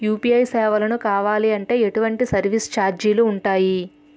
UPI సేవలను కావాలి అంటే ఎటువంటి సర్విస్ ఛార్జీలు ఉంటాయి?